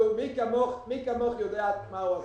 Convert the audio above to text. מי כמוך יודע מה הוא עשה.